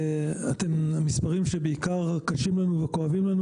המספרים שבעיקר קשים לנו וכואבים לנו